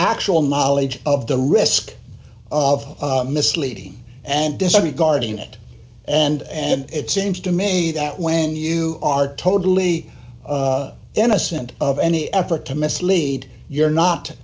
actual knowledge of the risk of misleading and disagree guarding it and it seems to me that when you are totally innocent of any effort to mislead you're not